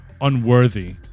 unworthy